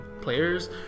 players